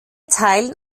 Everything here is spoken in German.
teilen